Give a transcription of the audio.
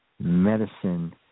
Medicine